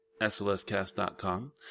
slscast.com